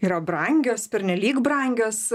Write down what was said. yra brangios pernelyg brangios